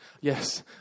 Yes